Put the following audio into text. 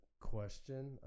question